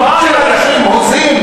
של אנשים הוזים,